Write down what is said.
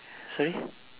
sorry